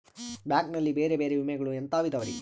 Bank ನಲ್ಲಿ ಬೇರೆ ಬೇರೆ ವಿಮೆಗಳು ಎಂತವ್ ಇದವ್ರಿ?